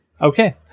Okay